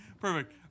Perfect